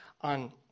on